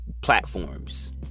platforms